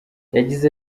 yagize